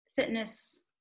fitness